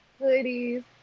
hoodies